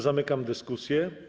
Zamykam dyskusję.